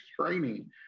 training